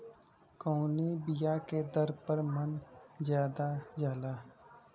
कवने बिया के दर मन ज्यादा जाला?